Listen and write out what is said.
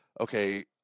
okay –